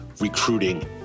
recruiting